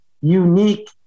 unique